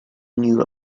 knew